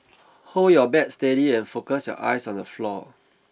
hold your bat steady and focus your eyes on the floor